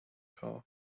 car